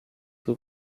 who